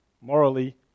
morally